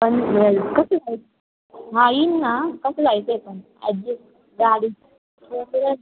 पण कसं जाय हां येईन ना कसं जायचं आहे पण ॲडजस्ट गाडी